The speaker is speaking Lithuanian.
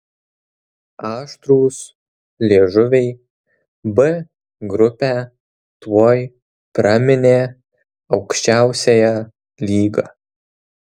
aštrūs liežuviai b grupę tuoj praminė aukščiausiąja lyga